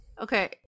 Okay